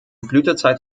blütezeit